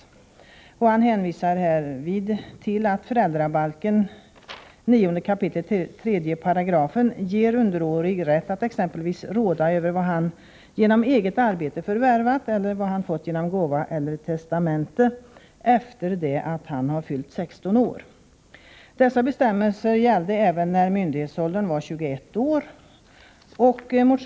Motionären hänvisar härvid till att föräldrabalken 9 kap. 3 § ger underårig som fyllt 16 år rätt att exempelvis råda över vad han genom eget arbete förvärvat eller vad han fått genom gåva eller testamente. Dessa bestämmelser gällde även när myndighetsåldern var 21 år.